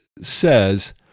says